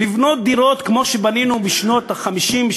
לבנות דירות כמו שבנינו בשנות ה-50,